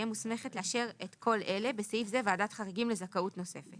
מוסמכת לאשר את כל אלה (בסעיף זה ועדת חריגים לזכאות נוספת):